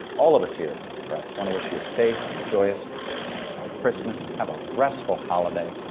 all of us here at meet the press want to wish you a safe and joy us christmas. have a restful holiday.